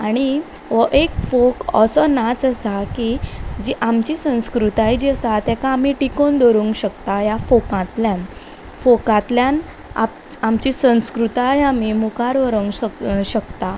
हो एक फोक असो नाच आसा की जी आमची संस्कृताय जी आसा ताका आमी टिकोवन दवरूंक शकता ह्या फोकांतल्यान फोकांतल्यान आमच आमची संस्कृताय आमी मुखार व्हरूंक शक शकता